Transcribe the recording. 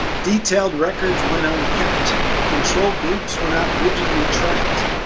detailed records went ah unkept, control groups were not rigidly tracked.